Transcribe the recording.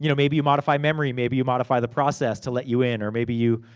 you know maybe you modify memory. maybe you modify the process, to let you in. or maybe you